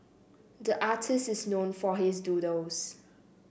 the artist is known for his doodles